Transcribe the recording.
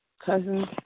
cousins